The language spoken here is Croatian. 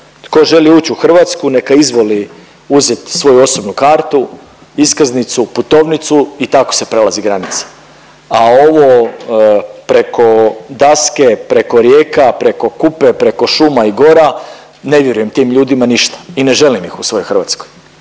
Tko želi uć u Hrvatsku neka izvoli uzet svoju osobnu kartu, iskaznicu, putovnicu i tako se prelazi granica, a ovo preko daske, preko rijeka, preko Kupe, preko šuma i gora ne vjerujem tim ljudima ništa i ne želim iz u svojoj Hrvatskoj,